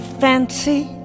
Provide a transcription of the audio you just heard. fancy